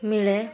ମିଳେ